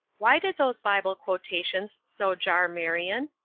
why did those bible quotations so jar marion?